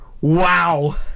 Wow